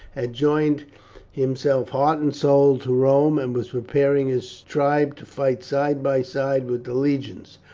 had joined himself heart and soul to rome, and was preparing his tribe to fight side by side with the legions.